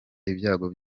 ibyago